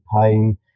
pain